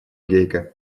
гейка